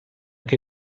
che